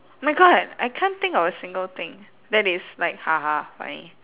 my god I can't think of a single thing that is like ha ha funny